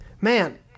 man